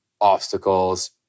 obstacles